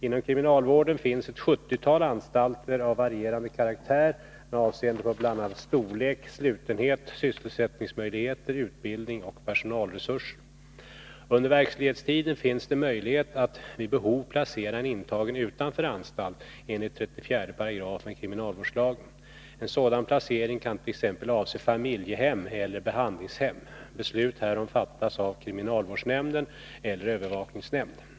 Inom kriminalvården finns ett 70-tal anstalter av varierande karaktär med avseende på bl.a. storlek, slutenhet, sysselsättningsmöjligheter, utbildning och personalresurser. Under verkställighetstiden finns det möjlighet att vid behov placera en intagen utanför anstalt enligt 34 § kriminalvårdslagen. En sådan placering kan t.ex. avse familjehem eller behandlingshem. Beslut härom fattas av kriminalvårdsnämnden eller övervakningsnämnd.